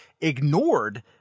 ignored